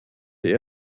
die